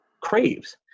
craves